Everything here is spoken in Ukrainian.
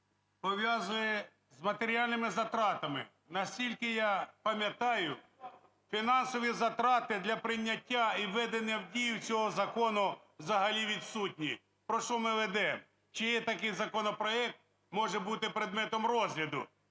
пов'язує з матеріальними затратами. Наскільки я пам'ятаю, фінансові затрати для прийняття і введення в дію цього закону взагалі відсутні. Про що ми ведемо? Чи є такий законопроект, може бути предметом розгляду?